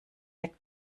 weg